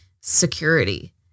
security